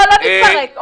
לא נתפרק.